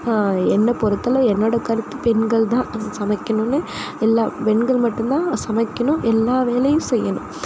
என்னை பொறுத்தளவு என்னோடய கருத்து பெண்கள் தான் சமைக்கணும்னு இல்லை பெண்கள் மட்டும் தான் சமைக்கணும் எல்லா வேலையும் செய்யணும்